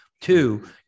Two